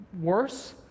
worse